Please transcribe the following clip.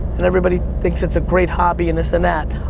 and everybody thinks it's a great hobby, and this and that.